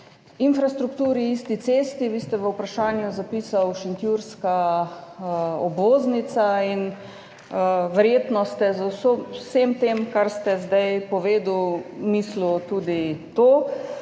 infrastrukturi, isti cesti. Vi ste v vprašanju zapisali šentjurska obvoznica in verjetno ste z vsem tem, kar ste zdaj povedali, mislili tudi na